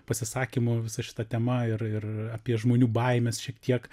pasisakymu visa šita tema ir ir apie žmonių baimes šiek tiek